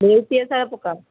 ନେଉଟିଆ ଶାଗ ପକାଅ